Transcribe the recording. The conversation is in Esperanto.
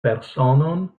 personon